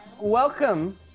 Welcome